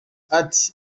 ati